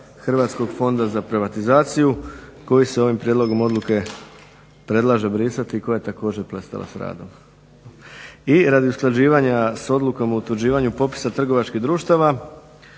Hrvatskog fonda za privatizaciju koji se ovim prijedlogom odluke predlaže brisati i koja je također prestala s radom. I radi usklađivanja s odlukom o utvrđivanju popisa trgovačkih društava